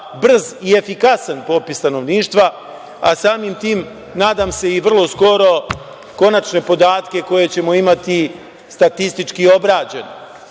brz i efikasan popis stanovništva, a samim tim, nadam se, vrlo skoro konačne podatke koje ćemo imati statistički obrađene. Ono